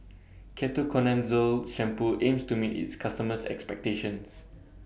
Ketoconazole Shampoo aims to meet its customers' expectations